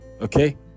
Okay